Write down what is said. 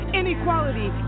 inequality